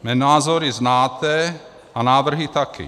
Mé názory znáte a návrhy taky.